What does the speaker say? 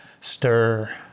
stir